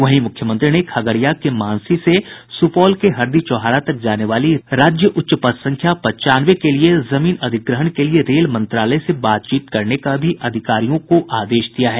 वहीं मुख्यमंत्री ने खगड़िया के मानसी से सुपौल के हरदी चौहारा तक जाने वाली राज्य उच्च पथ संख्या पंचानवे के लिए जमीन अधिग्रहण के लिए रेल मंत्रालय से बातचीत करने का भी अधिकारियों को आदेश दिया है